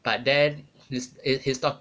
but then it's his talk